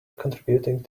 contributing